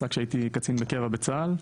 קבע בצה״ל.